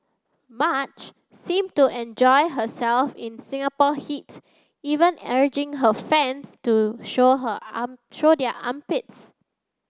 Madge seemed to enjoy herself in Singapore heat even urging her fans to show her arm show their armpits